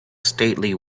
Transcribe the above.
stately